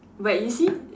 but you see